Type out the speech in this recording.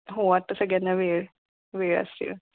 हो आता सगळ्यांना वेळ वेळ असेल